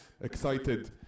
excited